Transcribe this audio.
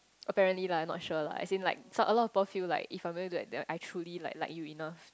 apparently lah I not sure lah as in like a lot of people feel like if I I truly like like you enough